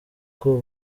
kuva